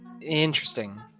interesting